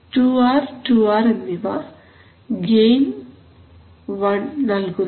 two R two R എന്നിവ gain 1 നൽകുന്നു